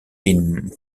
been